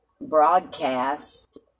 broadcast